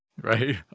right